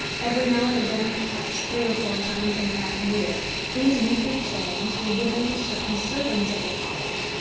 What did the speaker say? every now and again, perhaps three or four times in a half-year, these weekly shillings were given to certain servants of the college,